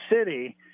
City